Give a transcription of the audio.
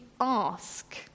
ask